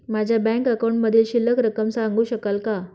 माझ्या बँक अकाउंटमधील शिल्लक रक्कम सांगू शकाल का?